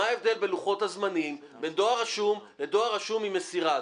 מה ההבדל בלוחות הזמנים בין דואר רשום לדואר רשום עם מסירה?